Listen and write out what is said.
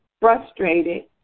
frustrated